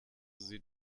sie